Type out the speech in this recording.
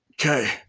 Okay